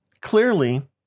clearly